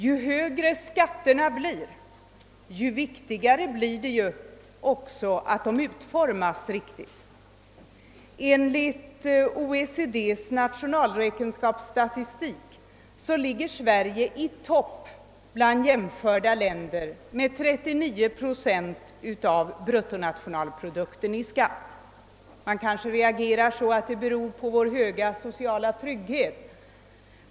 Ju högre skatterna blir, desto viktigare blir det, att skattesystemet utformas riktigt. Enligt OECD:s nationalräkenskapsstatistik ligger Sverige i topp bland jämförda länder med 39 procent av bruttonationalprodukten i skatt. Någon kanske vill göra gällande, att detta beror på vår höga sociala trygghet.